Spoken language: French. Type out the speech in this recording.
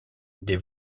des